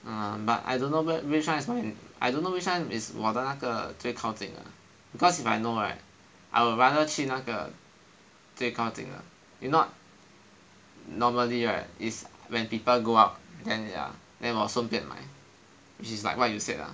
um but I don't know I don't know which one is 我的那个最靠近 because if I know right I would rather 去那个最靠近的 if not normally right is when people go out then ya 我顺便买 which is like what you said lah